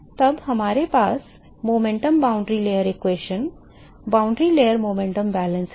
तब हमारे पास गति सीमा परत समीकरण सीमा परत गति संतुलन है